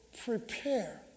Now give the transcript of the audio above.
prepare